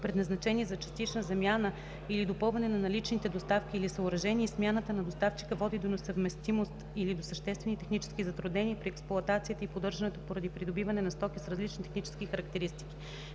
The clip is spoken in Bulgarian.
предназначени за частична замяна или допълване на наличните доставки или съоръжения, и смяната на доставчика води до несъвместимост или до съществени технически затруднения при експлоатацията и поддържането поради придобиване на стока с различни технически характеристики;